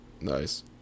nice